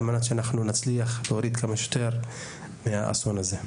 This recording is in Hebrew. על מנת שאנחנו נצליח להוריד כמה שיותר מהאסון הזה.